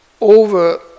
over